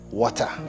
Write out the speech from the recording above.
water